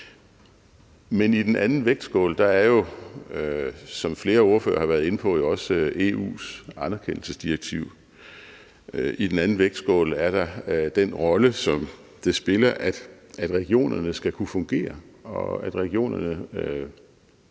Men i den anden vægtskål er jo, som flere ordførere har været inde på, også EU's anerkendelsesdirektiv. I den anden vægtskål er der den rolle, som det spiller, at regionerne skal kunne fungere, og at regionerne